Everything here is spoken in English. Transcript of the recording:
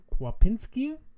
Kwapinski